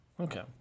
Okay